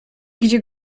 gdzie